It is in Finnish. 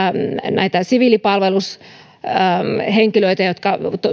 siviilipalvelushenkilöitä jotka